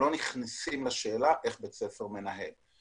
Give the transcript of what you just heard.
אנחנו לא נכנסים לשאלה איך בית ספר מנהל.